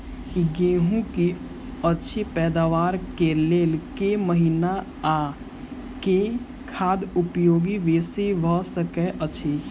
गेंहूँ की अछि पैदावार केँ लेल केँ महीना आ केँ खाद उपयोगी बेसी भऽ सकैत अछि?